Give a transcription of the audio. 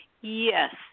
Yes